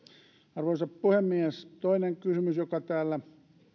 arvoisa puhemies toinen kysymys joka täällä